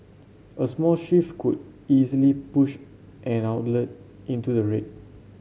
a small shift could easily push an outlet into the red